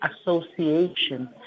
association